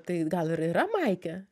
tai gal ir yra maike